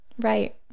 right